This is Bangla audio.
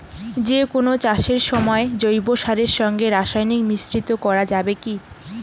যে কোন চাষের সময় জৈব সারের সঙ্গে রাসায়নিক মিশ্রিত করা যাবে কি?